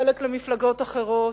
חלק למפלגות אחרות,